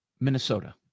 Minnesota